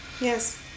yes